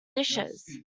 dishes